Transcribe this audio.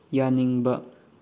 ꯌꯥꯅꯤꯡꯕ